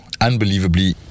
Unbelievably